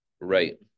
Right